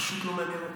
פשוט לא מעניין אותו,